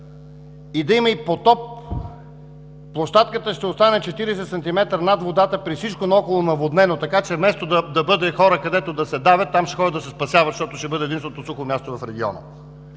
и да има и потоп, площадката ще остане 40 сантиметра над водата при всичко наоколо наводнено. Вместо да бъде, където хората се давят, там хората ще ходят да се спасяват, защото ще бъде единственото сухо място в региона.